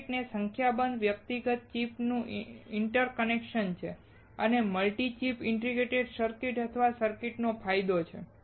circuit એ સંખ્યાબંધ વ્યક્તિગત ચિપ નું ઇન્ટરકનેક્શન છે અને મલ્ટિ ચિપ ઇન્ટિગ્રેટેડ ચિપ્સ અથવા સર્કિટ્સનો ફાયદો છે